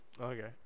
Okay